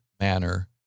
manner